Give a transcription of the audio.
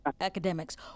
academics